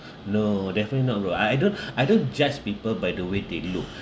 no definitely no uh I I don't I don't judge people by the way they look